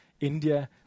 India